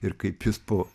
ir kaip jis po